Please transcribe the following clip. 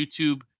YouTube